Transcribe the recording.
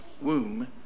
womb